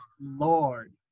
lord